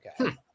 Okay